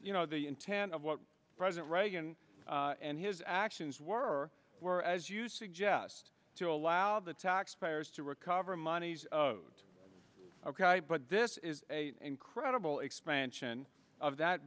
you know the intent of what president reagan and his actions were were as you suggest to allow the taxpayers to recover monies owed but this is a incredible expansion of that